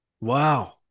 Wow